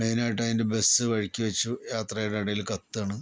മെയ്നായിട്ട് അതിൻ്റെ ബസ്സ് വഴിക്ക് വച്ചു യാത്രെടെ ഇടയിൽ കത്തുകയാണ്